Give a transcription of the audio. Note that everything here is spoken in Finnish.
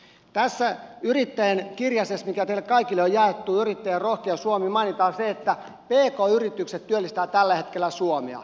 tässä yrittäjien kirjasessa joka teille kaikille on jaettu yrittäjien rohkea suomi mainitaan se että pk yritykset työllistävät tällä hetkellä suomea